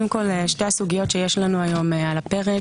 שתי הסוגיות שנמצאות היום על הפרק